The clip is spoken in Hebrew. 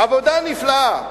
עבודה נפלאה,